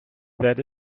that